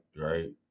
right